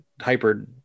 hyper